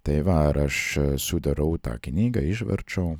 tai va ir aš sudarau tą knygą išverčiau